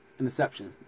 interceptions